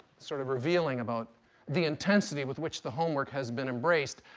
sort of revealing about the intensity with which the homework has been embraced.